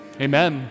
Amen